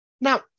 now